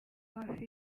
hafi